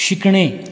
शिकणे